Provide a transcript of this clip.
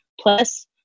plus